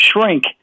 shrink